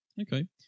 Okay